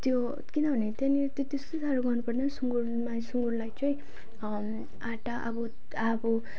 त्यो किनभने त्यहाँनिर त्यहाँ त्यस्तो साह्रो गर्नुपर्दैन सुँगुरमै सुँगुरलाई चाहिँ आँटा अब अब